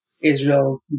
Israel